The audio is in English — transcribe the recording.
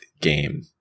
game